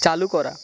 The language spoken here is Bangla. চালু করা